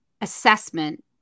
assessment